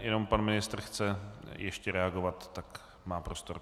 Jenom pan ministr chce ještě reagovat, tak má prostor.